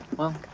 well